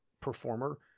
performer